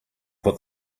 put